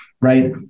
right